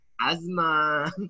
Asthma